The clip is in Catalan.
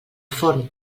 forn